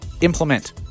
Implement